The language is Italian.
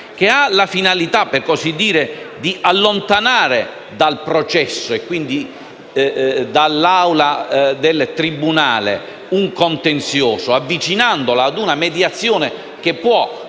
ha la finalità di allontanare dal processo, e quindi dall'aula del tribunale, un contenzioso avvicinandolo a una mediazione che può,